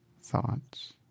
Thoughts